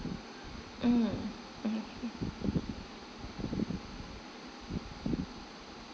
mm okay